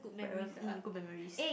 uh good memories